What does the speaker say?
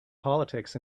politics